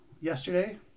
yesterday